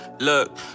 Look